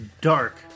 dark